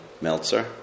Meltzer